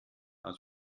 aus